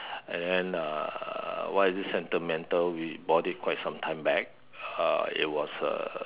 and then uh why is it sentimental we bought it quite some time back uh it was a